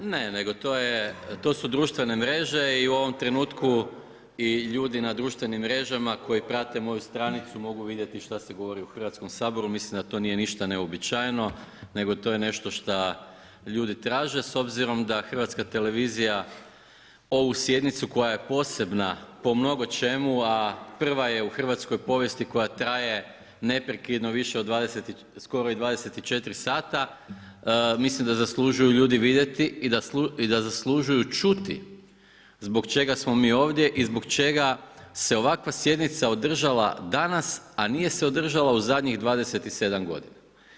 Ne, nego to su društvene mreže i u ovom trenutku i ljudi na društvenim mrežama koji prate moju stranicu mogu vidjeti šta se govori u Hrvatskom saboru, mislim da to nije ništa neuobičajeno nego to je nešto šta ljudi traže s obzirom da HRT ovu sjednicu koja je posebna po mnogočemu a prva je u hrvatskoj povijesti koja traje neprekidno više od skoro i 24 sata, mislim da zaslužuju ljudi vidjeti i da zaslužuju čuti zbog čega smo mi ovdje i zbog čega se ovakva sjednica održala danas a nije se održala u zadnjih 27 godina.